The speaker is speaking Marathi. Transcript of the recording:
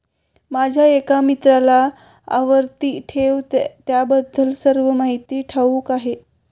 माझ्या एका मित्राला आवर्ती ठेव खात्याबद्दल सर्व माहिती ठाऊक आहे